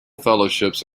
fellowships